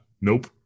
Nope